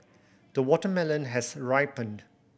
the watermelon has ripened